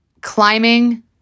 climbing